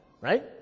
right